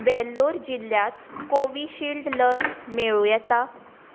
वेल्लोर जिल्ल्यांत कोविशिल्ड लस मेळूं येता